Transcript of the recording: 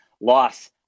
loss